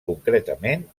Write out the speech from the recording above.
concretament